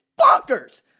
bonkers